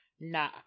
Nah